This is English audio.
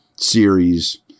series